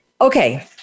Okay